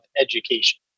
education